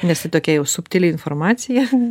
nesu tokia jau subtili informacija